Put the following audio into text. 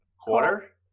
Quarter